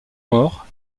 morts